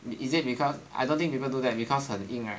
is it because I don't think people do that because 很硬 right